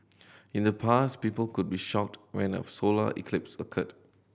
in the past people could be shocked when a solar eclipse occurred